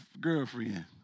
girlfriend